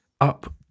up